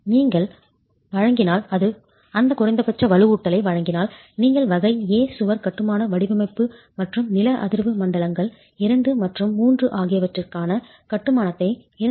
நீங்கள் வழங்கினால் அந்த குறைந்தபட்ச வலுவூட்டலை வழங்கினால் நீங்கள் வகை A சுவர் கட்டுமான வடிவமைப்பு மற்றும் நில அதிர்வு மண்டலங்கள் II மற்றும் III ஆகியவற்றிற்கான கட்டுமானத்தை 2